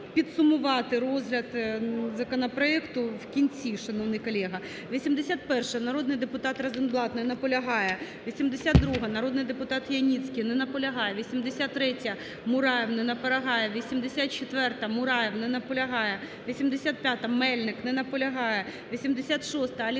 підсумувати розгляд законопроекту в кінці, шановний колего. 81-а, народний депутат Розенблат. Не наполягає. 82-а, народний депутат Яніцький. Не наполягає. 83-я, Мураєв. Не наполягає. 84-а, Мураєв. Не наполягає. 85-а, Мельник. Не наполягає. 86-а, Алексєєв.